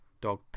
dog